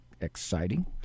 exciting